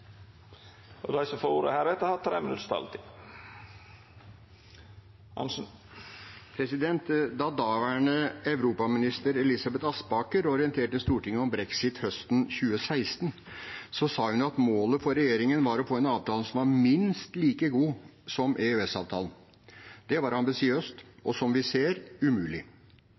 som heretter får ordet, har ei taletid på inntil 3 minutt. Da daværende europaminister Elisabeth Aspaker orienterte Stortinget om brexit høsten 2016, sa hun at målet for regjeringen var å få en avtale som var minst like god som EØS-avtalen. Det var ambisiøst og – som vi ser – umulig.